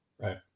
Right